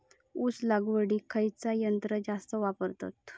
ऊस लावडीक खयचा यंत्र जास्त वापरतत?